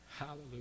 Hallelujah